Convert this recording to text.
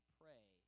pray